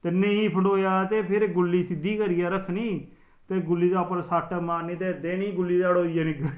नीं फंडोआ ते फिर गुल्ली सिद्धी करियै रक्खनी ते गुल्ली दे उपर सट्ट मारनी ते देनी गुल्ली उपर ते गुल्ली ओडई जानी